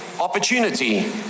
opportunity